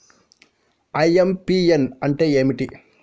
IMPS అంటే ఏంటిది?